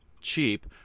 cheap